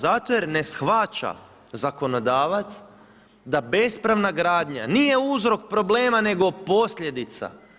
Zato jer ne shvaća zakonodavac da bespravna gradnja nije uzrok problema nego posljedica.